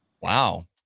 Wow